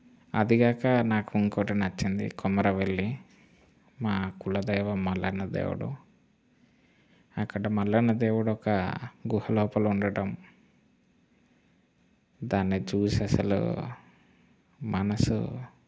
అదికాక నాకు ఇంకొకటి నచ్చింది కొమరవెల్లి మా కులదైవం మల్లన్న దేవుడు అక్కడ మల్లన్న దేవుడు ఒక గుహ లోపల ఉండటం దాన్ని చూసి అసలు మనసు